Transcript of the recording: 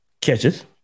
catches